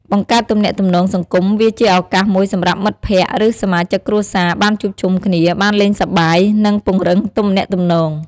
បង្កើតទំនាក់ទំនងសង្គម វាជាឱកាសមួយសម្រាប់មិត្តភក្តិ ឬសមាជិកគ្រួសារបានជួបជុំគ្នា បានលេងសប្បាយ និងពង្រឹងទំនាក់ទំនង។